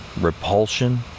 repulsion